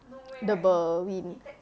the berwin